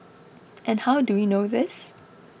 and how do you know this